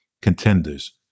contenders